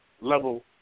level